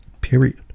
period